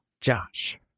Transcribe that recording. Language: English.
Josh